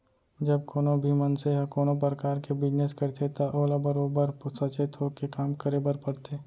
जब कोनों भी मनसे ह कोनों परकार के बिजनेस करथे त ओला बरोबर सचेत होके काम करे बर परथे